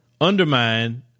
undermine